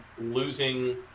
losing